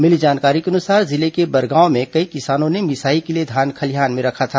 मिली जानकारी के अनुसार जिले के बरगांव में कई किसानों ने मिसाई के लिए धान खलिहान में रखा था